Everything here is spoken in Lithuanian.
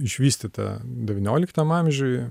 išvystyta devynioliktam amžiuj